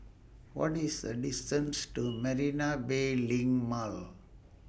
What IS The distance to Marina Bay LINK Mall